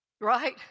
Right